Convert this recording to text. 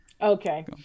okay